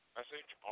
Message